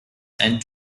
and